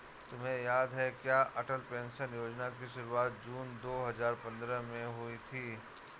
तुम्हें याद है क्या अटल पेंशन योजना की शुरुआत जून दो हजार पंद्रह में हुई थी?